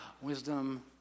wisdom